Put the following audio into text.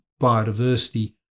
biodiversity